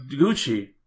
Gucci